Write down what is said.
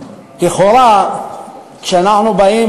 באמת לכאורה כשאנחנו באים,